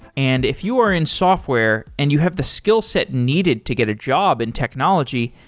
and if you are in software and you have the skillset needed to get a job in technology,